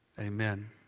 Amen